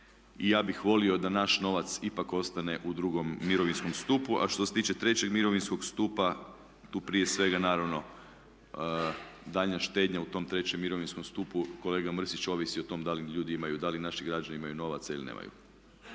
I ja bih volio da naš novac ipak ostane u drugom mirovinskom stupu. A što se tiče trećeg mirovinskog stupa tu prije svega naravno daljnja štednja u tom trećem mirovinskom stupu kolega Mrsić ovisi o tom da li ljudi imaju, da li naši građani imaju novaca ili nemaju.